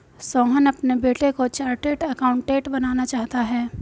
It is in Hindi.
सोहन अपने बेटे को चार्टेट अकाउंटेंट बनाना चाहता है